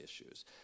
issues